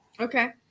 Okay